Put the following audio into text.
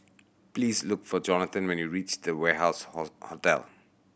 please look for Johathan when you reach The Warehouse horse Hotel